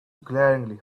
glaringly